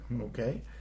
Okay